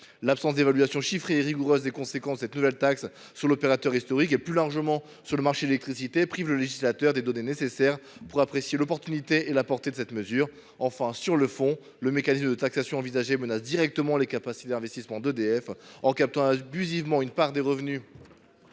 L’absence d’évaluation chiffrée et rigoureuse des conséquences de cette nouvelle taxe sur l’opérateur historique et, plus largement, sur le marché de l’électricité, prive le législateur des données nécessaires pour apprécier l’opportunité et la portée de cette mesure. Enfin, sur le fond, le mécanisme de taxation envisagé menace directement les capacités d’investissement d’EDF. En captant abusivement une part des revenus